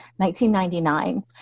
1999